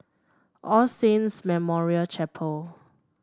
All Saints Memorial Chapel